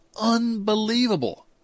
unbelievable